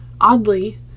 oddly